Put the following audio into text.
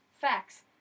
facts